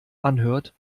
anhört